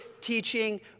teaching